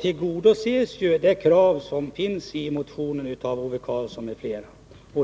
tillgodoses kravet i motionen av Ove Karlsson m.fl.